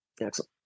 excellent